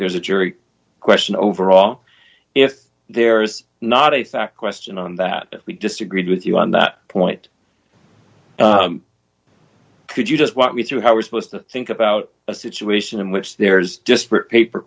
there's a jury question overall if there is not a fact question on that we disagreed with you on that point could you just walk me through how we're supposed to think about a situation in which there's just paper